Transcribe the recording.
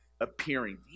appearing